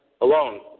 alone